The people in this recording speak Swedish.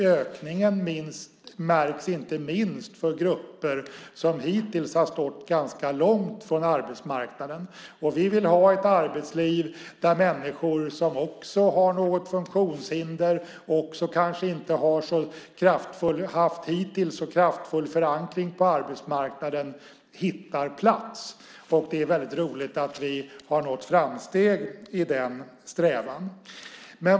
Ökningen märks inte minst för grupper som hittills har stått ganska långt från arbetsmarknaden. Vi vill ha ett arbetsliv där människor som har något funktionshinder och hittills inte haft så kraftfull förankring på arbetsmarknaden hittar en plats. Det är väldigt roligt att vi har nått framsteg i den strävan.